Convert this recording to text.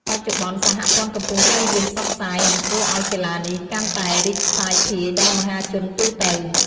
បច្ចុប្បន្ន សហព័ន្ធកំពុងព្យាយាមផ្សព្វផ្សាយ និងធ្វើឲ្យកីឡានេះកាន់តែរីកសាយភាយដល់មហាជនទូទៅ។